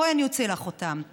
בואי, אני אוציא לך אותן.